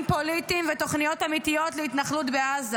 פוליטיים ותוכניות אמיתיות להתנחלות בעזה.